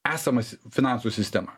esamas finansų sistema